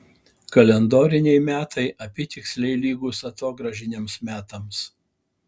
kalendoriniai metai apytiksliai lygūs atogrąžiniams metams